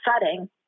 setting